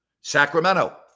Sacramento